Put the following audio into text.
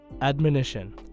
admonition